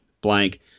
blank